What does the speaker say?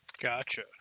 Gotcha